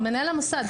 מנהל המוסד.